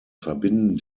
verbinden